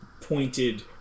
pointed